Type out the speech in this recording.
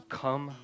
come